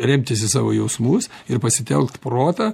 remtis į savo jausmus ir pasitelkt protą